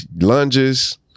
Lunges